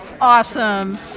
Awesome